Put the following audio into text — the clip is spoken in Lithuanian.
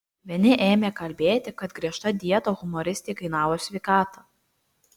vieni ėmė kalbėti kad griežta dieta humoristei kainavo sveikatą